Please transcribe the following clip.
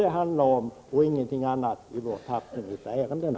Det är detta och ingenting annat det handlar om vid vår tackling av ärendena.